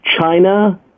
China